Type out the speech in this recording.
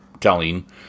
telling